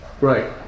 Right